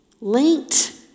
linked